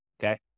okay